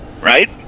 right